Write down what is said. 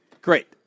Great